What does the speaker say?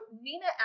nina